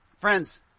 Friends